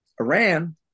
Iran